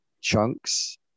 chunks